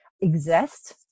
exist